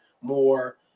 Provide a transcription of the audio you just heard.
more